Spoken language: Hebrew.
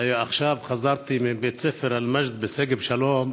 עכשיו חזרתי מבית ספר אלמג'ד בשגב שלום,